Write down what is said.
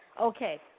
Okay